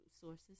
sources